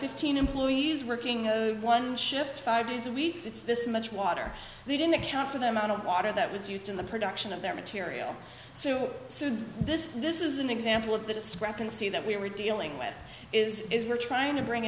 fifteen employees working one shift five days a week it's this much water they didn't account for them out of water that was used in the production of their material so soon this this is an example of the discrepancy that we were dealing with is is we're trying to bring